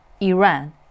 Iran